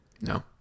No